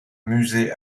musée